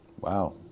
Wow